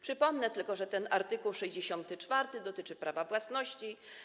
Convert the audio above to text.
Przypomnę tylko, że art. 64 dotyczy prawa własności.